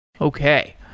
Okay